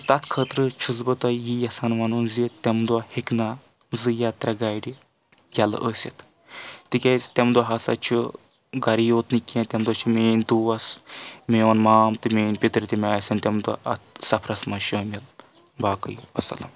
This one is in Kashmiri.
تہٕ تتھ خٲطرٕ چھُس بہٕ تۄہہِ یہِ یژھان وَنُن زِ تمہِ دۄہ ہیٚکہِ نَہ ذٕ یا ترٛےٚ گاڑِ یَلہٕ ٲسِتھ تِکیازِ تیٚمہِ دۄہ ہسا چھُ گرِ یوت نہٕ کینٛہہ تمہِ دۄہ چھِ میٲنۍ دوس میون مام تہٕ میٲنۍ پِتٕر تہِ مےٚ آسن تمہِ دۄہ اَتھ سَفرَس منٛز شٲمِل باقٕے وَسَلام